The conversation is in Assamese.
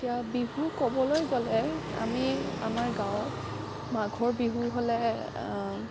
এতিয়া বিহু ক'বলৈ গ'লে আমি আমাৰ গাঁৱত মাঘৰ বিহু হ'লে